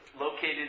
located